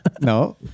No